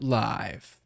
live